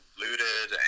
looted